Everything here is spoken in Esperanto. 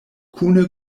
kune